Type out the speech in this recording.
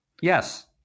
yes